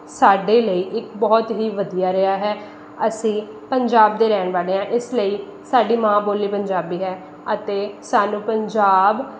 ਸਾਡੇ ਲਈ ਇੱਕ ਬਹੁਤ ਹੀ ਵਧੀਆ ਰਿਹਾ ਹੈ ਅਸੀਂ ਪੰਜਾਬ ਦੇ ਰਹਿਣ ਵਾਲੇ ਹਾਂ ਇਸ ਲਈ ਸਾਡੀ ਮਾਂ ਬੋਲੀ ਪੰਜਾਬੀ ਹੈ ਅਤੇ ਸਾਨੂੰ ਪੰਜਾਬ